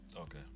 okay